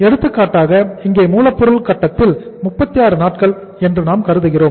எடுத்துக்காட்டாக இங்கே மூலப்பொருள் கட்டத்தில் 36 நாட்கள் என்று நாம் கருதுகிறோம்